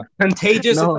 contagious